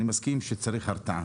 אני מסכים שצריך הרתעה,